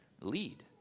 lead